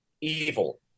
evil